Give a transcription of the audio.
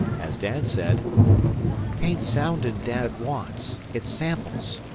as dan said tain't soundin's dad wants. it's samples.